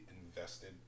invested